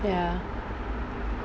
ya